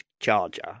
charger